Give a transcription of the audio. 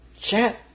chat